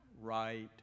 right